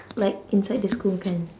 like inside the school kan